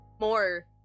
more